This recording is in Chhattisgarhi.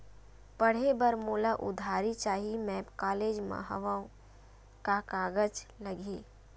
पढ़े बर मोला उधारी चाही मैं कॉलेज मा हव, का कागज लगही?